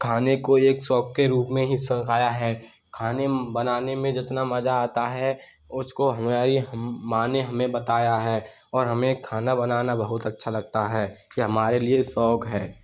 खाने को एक शौक के रूप में ही खाया है खाने बनाने में जितना मजा आता है उसको हमारी माँ ने हमें बताया है और हमें खाना बनाना बहुत अच्छा लगता है यह हमारे लिए शौक है